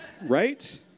right